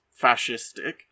fascistic